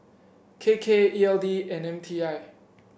K K E L D and M T I